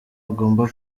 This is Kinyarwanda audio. agomba